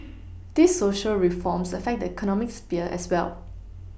these Social reforms affect the economic sphere as well